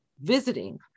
visiting